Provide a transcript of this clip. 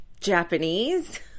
Japanese